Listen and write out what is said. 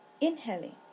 inhaling